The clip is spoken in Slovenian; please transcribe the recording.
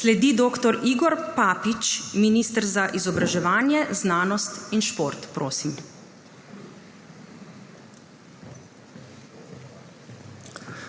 Sledi dr. Igor Papič, minister za izobraževanje, znanost in šport. Prosim.